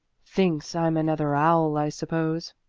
thinks i'm another owl, i suppose,